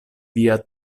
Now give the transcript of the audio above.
via